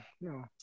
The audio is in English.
No